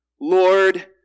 Lord